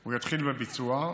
הוא יתחיל בביצוע,